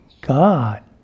God